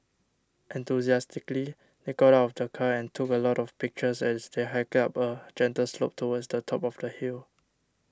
enthusiastically they got out of the car and took a lot of pictures as they hiked up a gentle slope towards the top of the hill